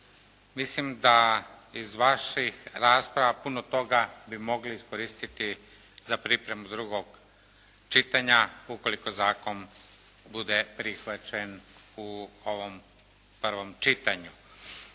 mislim da iz vaših rasprava puno toga bi mogli iskoristiti za pripremu drugog čitanja ukoliko zakon bude prihvaćen u ovom prvom čitanju.